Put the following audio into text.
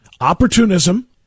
Opportunism